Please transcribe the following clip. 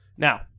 Now